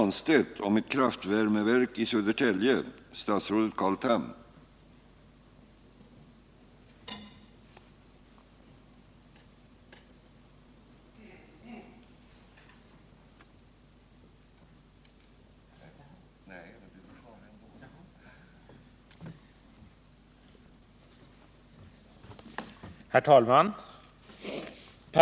Innebär detta någon risk för att kraftvärmeprojekfet i Södertälje försenas eller inte alls förverkligas?